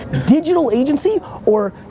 digital agency or,